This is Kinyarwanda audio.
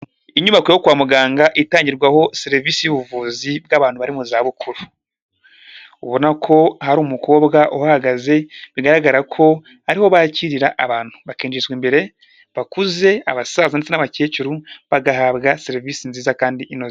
Inyubako yo kwa muganga itangirwaho serivisi y'ubuvuzi bw'abantu bari mu zabukuru, ubona ko hari umukobwa uhahagaze bigaragara ko ariho bakirira abantu bakinjizwa imbere, bakuze abasaza ndetse n'abakecuru, bagahabwa serivisi nziza kandi inoze.